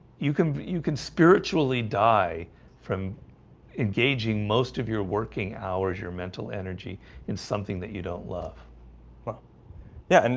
you can you can spiritually die from engaging most of your working hours your mental energy in something that you don't love well yeah, and